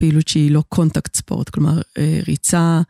פעילות שהיא לא קונטקסט ספורט, כלומר ריצה.